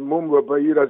mum labai yra